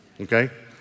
okay